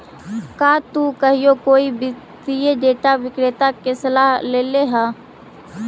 का तु कहियो कोई वित्तीय डेटा विक्रेता के सलाह लेले ह?